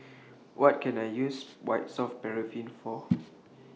What Can I use White Soft Paraffin For